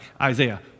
Isaiah